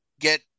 get